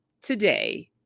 today